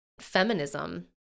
feminism